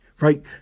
right